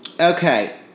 Okay